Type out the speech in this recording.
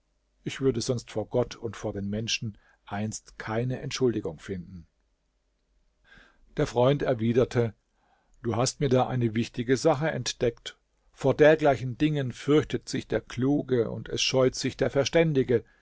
ich würde sonst vor gott und vor den menschen einst keine entschuldigung finden der freund erwiderte du hast mir da eine wichtige sache entdeckt vor dergleichen dingen fürchtet sich der kluge und es scheut sich der verständige